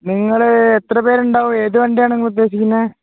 നിങ്ങൾ എത്ര പേരുണ്ടാകും ഏതു വണ്ടിയാണ് നിങ്ങൾ ഉദ്ദേശിക്കുന്നത്